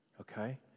Okay